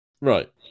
Right